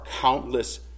countless